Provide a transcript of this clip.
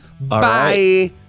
Bye